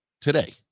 today